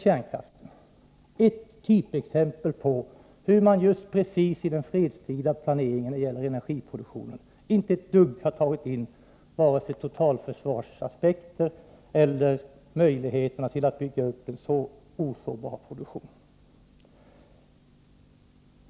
Kärnkraften är ett annat typexempel på hur man i den fredstida planeringen av energiproduktionen inte har tagit ett dugg hänsyn vare sig till totalförsvarsaspekter eller till möjligheterna att bygga upp en osårbar produktion.